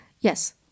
Yes